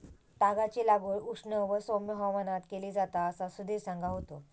तागाची लागवड उष्ण व सौम्य हवामानात केली जाता असा सुधीर सांगा होतो